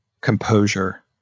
composure